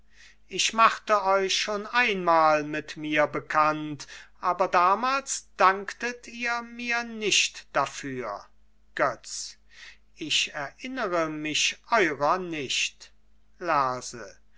ich machte euch schon einmal mit mir bekannt aber damals danktet ihr mir nicht dafür götz ich erinnere mich eurer nicht lerse